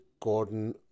Gordon